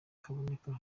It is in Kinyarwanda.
kaboneka